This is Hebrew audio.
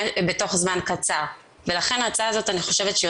בתוך זמן קצר ולכן ההצעה הזאת אני חושבת שהיא